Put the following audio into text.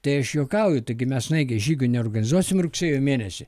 tai aš juokauju taigi mes snaigės žygio neorganizuosim rugsėjo mėnesį